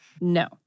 No